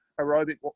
aerobic